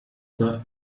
der